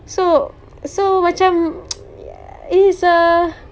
so so macam it's a